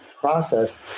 process